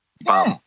bum